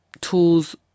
tools